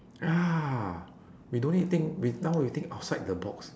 ah we don't need think we now we think outside the box